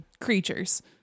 creatures